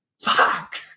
Fuck